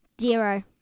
Zero